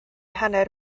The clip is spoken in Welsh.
hanner